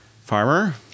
Farmer